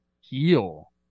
heal